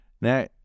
Now